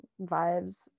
vibes